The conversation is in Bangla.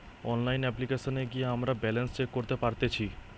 অনলাইন অপ্লিকেশনে গিয়ে আমরা ব্যালান্স চেক করতে পারতেচ্ছি